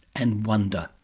and wonder.